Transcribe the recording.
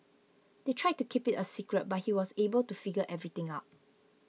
they tried to keep it a secret but he was able to figure everything out